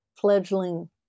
fledgling